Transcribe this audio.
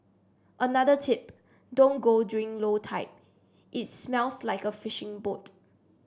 another tip don't go during low tide it smells like a fishing boat